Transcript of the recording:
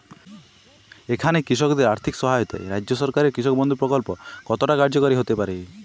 এখানে কৃষকদের আর্থিক সহায়তায় রাজ্য সরকারের কৃষক বন্ধু প্রক্ল্প কতটা কার্যকরী হতে পারে?